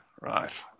Right